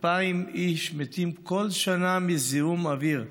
2,000 איש מתים כל שנה מזיהום אוויר,